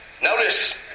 Notice